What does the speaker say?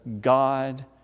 God